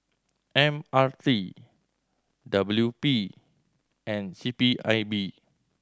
M R T W P and C P I B